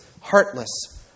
heartless